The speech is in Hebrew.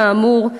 כאמור,